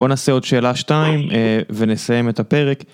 בוא נעשה עוד שאלה שתיים ונסיים את הפרק.